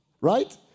right